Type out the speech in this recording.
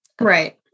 Right